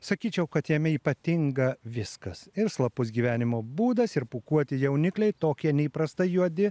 sakyčiau kad jame ypatinga viskas ir slapus gyvenimo būdas ir pūkuoti jaunikliai tokie neįprastai juodi